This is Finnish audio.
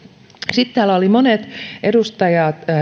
sitten täällä monet edustajat